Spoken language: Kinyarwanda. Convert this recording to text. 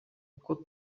uko